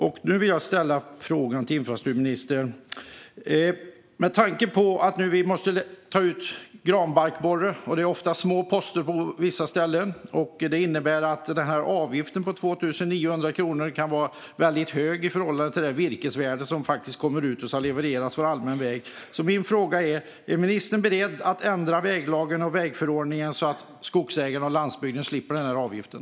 Nu vill jag ställa en fråga till infrastrukturministern. Virket måste tas ut ur skogen på grund av granbarkborren. På vissa ställen är det dessutom ofta små poster. Det innebär att avgiften på 2 900 kronor kan vara väldigt hög i förhållande till det virkesvärde som faktiskt kommer ut på allmän väg och levereras. Är ministern beredd att ändra väglagen och vägförordningen så att skogsägarna och landsbygden slipper den avgiften?